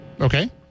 okay